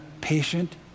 patient